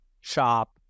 shop